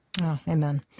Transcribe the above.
Amen